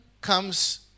comes